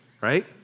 Right